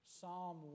Psalm